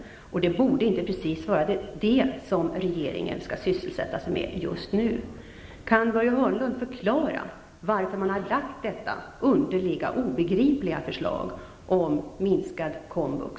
Detta borde inte vara det som regeringen skall sysselsätta sig med just nu. Kan Börje Hörnlund förklara varför man har lagt detta underliga och obegripliga förslag om minskad komvux?